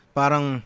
parang